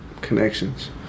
connections